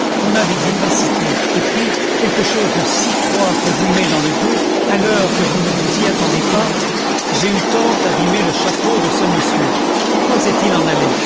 on a des vivacités et puis quelque chose de si froid qu'on vous met dans le dos à l'heure que vous ne vous y attendez pas j'ai eu tort d'abîmer le chapeau de ce monsieur pourquoi s'est-il en allé